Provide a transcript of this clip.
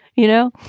you know?